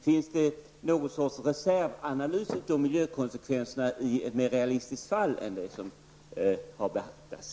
Finns det någon sorts reservanalys beträffande konsekvenserna när det gäller ett mer realistiskt fall än det som har behandlats?